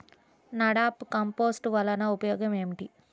NADEP compost వలన ఉపయోగం ఏమిటి?